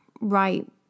right